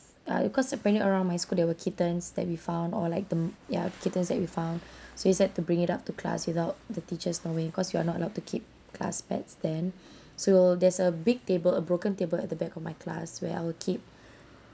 uh because apparently around my school there were kittens that we found or like the m~ ya kittens that we found so we decided to bring it up to class without the teachers knowing cause you are not allowed to keep class pets then so we'll there's a big table a broken table at the back of my class where I'll keep